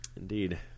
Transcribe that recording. Indeed